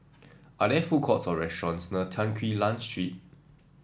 are there food courts or restaurants near Tan Quee Lan Street